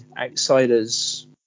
Outsiders